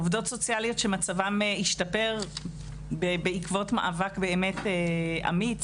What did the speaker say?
עובדות סוציאליות שמצבן השתפר בעקבות מאבק אמיץ,